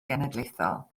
genedlaethol